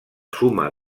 suma